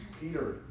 Peter